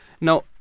Now